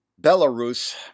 Belarus